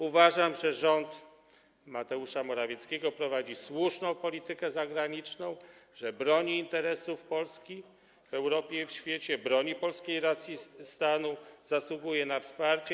Uważam, że rząd Mateusza Morawieckiego prowadzi słuszną politykę zagraniczną, broni interesów Polski w Europie i na świecie, polskiej racji stanu, zasługuje na wsparcie.